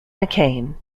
mccain